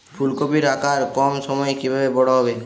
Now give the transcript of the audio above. ফুলকপির আকার কম সময়ে কিভাবে বড় হবে?